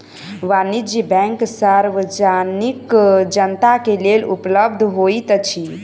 वाणिज्य बैंक सार्वजनिक जनता के लेल उपलब्ध होइत अछि